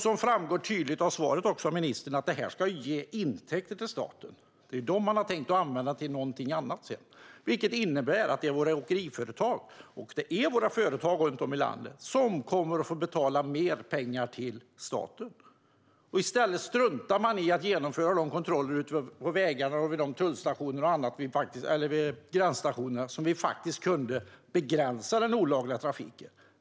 Det framgår tydligt av ministerns svar att detta ska ge intäkter till staten - det är dem man har tänkt att sedan använda till någonting annat. Detta innebär att det är våra åkeriföretag runt om i landet som kommer att få betala mer pengar till staten. Man struntar i att genomföra de kontroller ute på vägarna och vid gränsstationerna som vi faktiskt kunde använda oss av för att begränsa den olagliga trafiken.